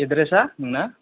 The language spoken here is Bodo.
एदद्रेसा नोंना